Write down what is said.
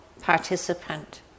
participant